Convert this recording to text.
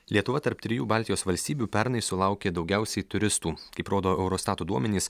lietuva tarp trijų baltijos valstybių pernai sulaukė daugiausiai turistų kaip rodo eurostato duomenys